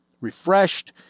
refreshed